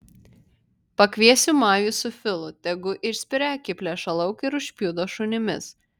pakviesiu majų su filu tegu išspiria akiplėšą lauk ir užpjudo šunimis